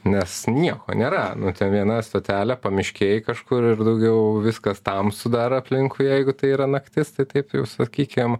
nes nieko nėra nu ten viena stotelė pamiškėj kažkur ir daugiau viskas tamsu dar aplinkui jeigu tai yra naktis tai taip jau sakykim